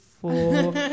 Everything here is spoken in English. four